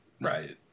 Right